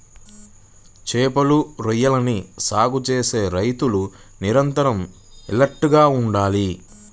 చేపలు, రొయ్యలని సాగు చేసే రైతులు నిరంతరం ఎలర్ట్ గా ఉండాలి